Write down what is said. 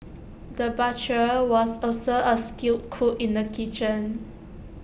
the butcher was also A skilled cook in the kitchen